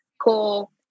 Cool